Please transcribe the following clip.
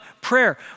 prayer